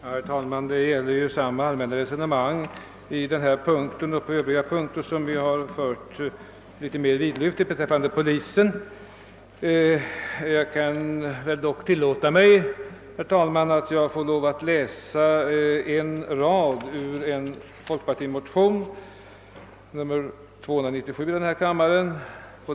Herr talman! På denna punkt gäller ju samma allmänna resonemang som vi har fört på flera andra punkter, särskilt vidlyftigt beträffande polisen. Jag kan väl i alla fall tillåta mig, herr talman, att läsa en rad ur en folkpartimo tion, nr 297 i denna kammare.